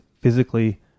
physically